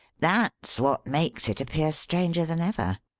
that's what makes it appear stranger than ever.